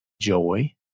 joy